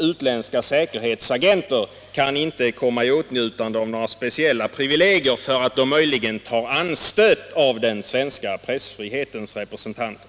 Utländska säkerhetsagenter kan inte komma i åtnjutande av några speciella privilegier därför att de möjligen tar anstöt av den svenska pressfrihetens representanter.